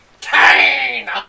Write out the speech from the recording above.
Kane